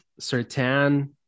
Sertan